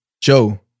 Joe